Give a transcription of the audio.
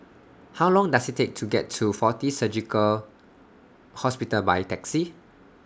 How Long Does IT Take to get to Fortis Surgical Hospital By Taxi